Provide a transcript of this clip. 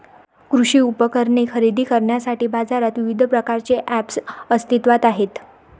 कृषी उपकरणे खरेदी करण्यासाठी बाजारात विविध प्रकारचे ऐप्स अस्तित्त्वात आहेत